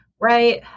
right